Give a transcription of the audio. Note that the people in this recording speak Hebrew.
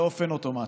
באופן אוטומטי.